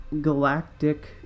Galactic